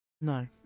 no